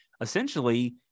essentially